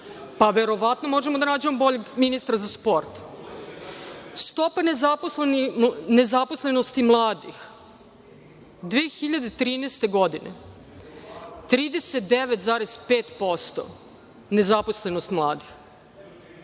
Verovatno možemo da nađemo boljeg ministra za sport. Stopa nezaposlenosti mladih 2013. godine 39,5% nezaposlenost mladih.